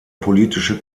politische